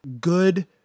good